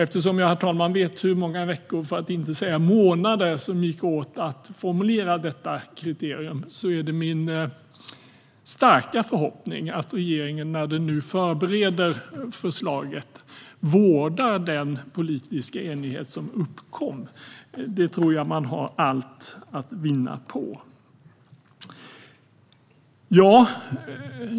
Eftersom jag vet, herr talman, hur många veckor för att inte säga månader som gick åt till att formulera detta kriterium är det min starka förhoppning att regeringen när den nu förbereder förslaget vårdar den politiska enighet som uppkom. Det tror jag att man har allt att vinna på.